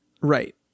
right